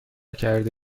کرده